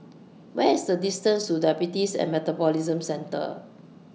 What IS The distance to Diabetes and Metabolism Centre